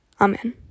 Amen